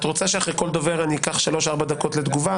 את רוצה שאחרי כל דובר אני אקח שלוש-ארבע דקות לתגובה?